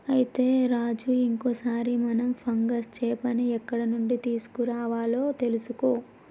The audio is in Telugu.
అయితే రాజు ఇంకో సారి మనం ఫంగస్ చేపని ఎక్కడ నుండి తీసుకురావాలో తెలుసుకో